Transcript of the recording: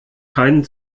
keinen